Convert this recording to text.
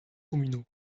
communaux